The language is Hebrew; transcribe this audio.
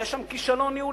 יש שם כישלון ניהולי,